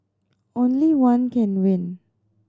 only one can win